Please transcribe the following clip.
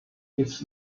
its